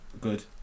Good